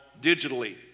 digitally